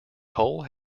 cole